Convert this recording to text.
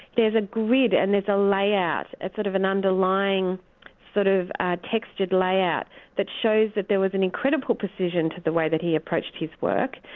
there's a grid and there's a layout. it's sort of an underlying sort of textured layout that shows that there was an incredible precision to the way that he approached his work.